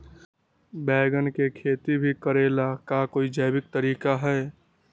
बैंगन के खेती भी करे ला का कोई जैविक तरीका है?